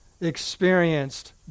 experienced